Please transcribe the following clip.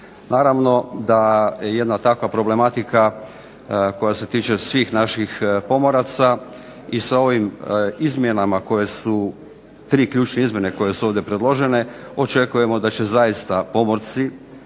Naravno da jedna takva problematika koja se tiče svih naših pomoraca, i sa ovim izmjenama koje su, tri ključne izmjene koje su ovdje predložene očekujemo da će zaista pomorci